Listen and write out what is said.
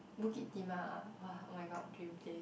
Bukit-Timah ah !wah! oh my god dream place